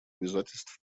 обязательств